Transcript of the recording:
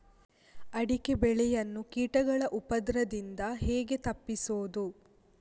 ಅಡಿಕೆ ಬೆಳೆಯನ್ನು ಕೀಟಗಳ ಉಪದ್ರದಿಂದ ಹೇಗೆ ತಪ್ಪಿಸೋದು?